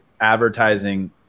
advertising